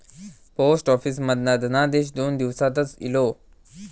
post office मधना धनादेश दोन दिवसातच इलो